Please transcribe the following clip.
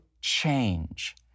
change